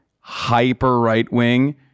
hyper-right-wing